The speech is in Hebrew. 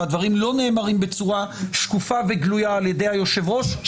והדברים לא נאמרים בצורה שקופה וגלויה על ידי היושב-ראש,